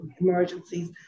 emergencies